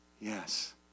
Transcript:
Yes